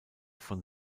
von